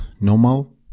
normal